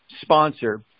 sponsor